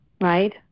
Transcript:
Right